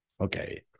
Okay